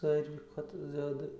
ساروے کھۄتہٕ زیادٕ